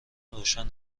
روشن